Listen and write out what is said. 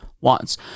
wants